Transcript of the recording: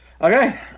Okay